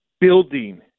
building